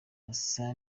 asa